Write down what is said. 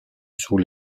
sous